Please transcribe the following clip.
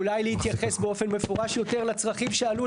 אולי להתייחס באופן מפורש יותר לצרכים שעלו.